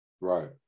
right